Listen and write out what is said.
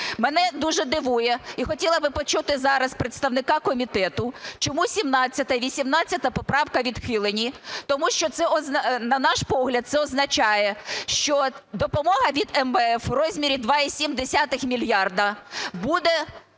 Мене дуже дивує і хотіла би почути зараз представника комітету чому 17-а і 18 поправки відхилені? Тому що, на наш погляд, це означає, що допомога від МВФ в розмірі 2,7 мільярда буде